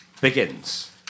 begins